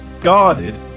guarded